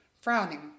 Frowning